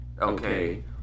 Okay